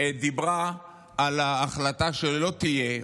דיברה על ההחלטה שלא תהיה,